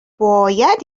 باید